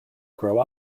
grow